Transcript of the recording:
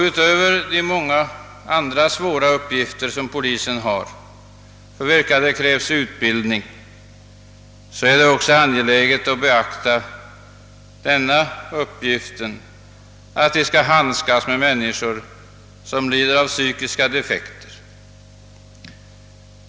Utöver de många andra svåra uppgifter, som polisen har och som det krävs utbildning för, är det också angeläget att beakta att de också har att handskas med människor som lider av psykiska defekter.